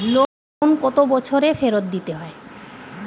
Loan কত বছরে ফেরত দিতে হয়?